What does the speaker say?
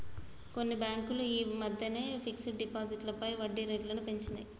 కొన్ని బ్యేంకులు యీ మద్దెనే ఫిక్స్డ్ డిపాజిట్లపై వడ్డీరేట్లను పెంచినియ్